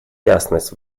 ясность